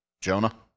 Jonah